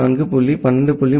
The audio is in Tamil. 35